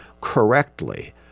correctly